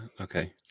okay